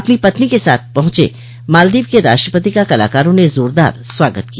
अपनी पत्नी के साथ पहुंचे मालदीव के राष्ट्रपति का कलाकारों ने जोरदार स्वागत किया